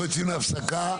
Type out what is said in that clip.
אני פותח מחדש את